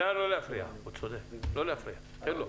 נא לא להפריע, תן לו.